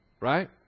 right